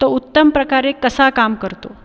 तो उत्तम प्रकारे कसा काम करतो